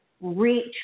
reach